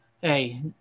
hey